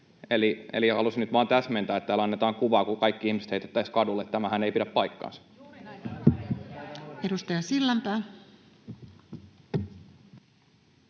Halusin nyt vaan täsmentää, kun täällä annetaan kuvaa niin kuin kaikki ihmiset heitettäisiin kadulle. Tämähän ei pidä paikkaansa. [Mia Laiho: